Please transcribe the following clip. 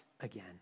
again